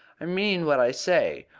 i mean what i say.